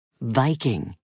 Viking